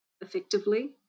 effectively